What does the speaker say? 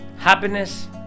happiness